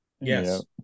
Yes